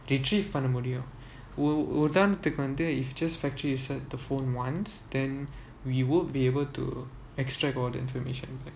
retrieve பண்ண முடியும் உதாரணத்துக்கு வந்து:panna mudiyum uthaaranathuku vanthu if just factory reset the phone once then we won't be able to extract all the information